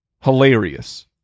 hilarious